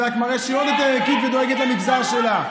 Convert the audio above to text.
זה רק מראה שהיא עוד יותר ערכית ודואגת למגזר שלה.